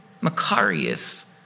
Macarius